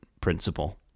principle